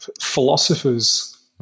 philosophers